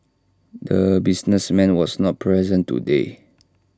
the businessman was not present today